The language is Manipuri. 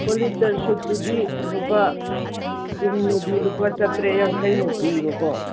ꯄꯣꯂꯤꯁꯇꯔ ꯁꯨꯠꯇꯨꯗꯤ ꯂꯨꯄꯥ ꯆꯨꯝꯅꯒꯤ ꯂꯨꯄꯥ ꯆꯥꯇ꯭ꯔꯦꯠ ꯌꯥꯡꯈꯩꯃꯨꯛ ꯄꯤꯕꯀꯣ